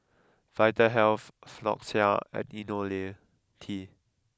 Vitahealth Floxia and Ionil T